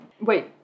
Wait